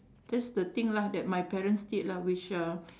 that's the thing lah that my parents did lah which uh